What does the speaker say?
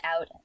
out